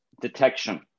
detection